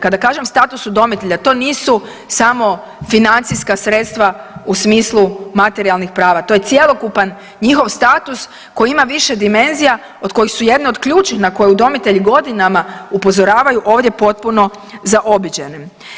Kada kažem status udomitelja, to nisu samo financijska sredstva u smislu materijalnih prava, to je cjelokupan njihov status koji ima više dimenzija od koji su jedni od ključnih, na koje udomitelji godinama upozoravaju, ovdje potpuno zaobiđeni.